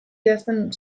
idazten